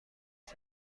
است